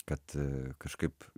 kad kažkaip